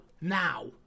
Now